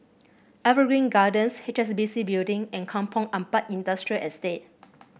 Evergreen Gardens H S B C Building and Kampong Ampat Industrial Estate